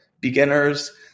beginners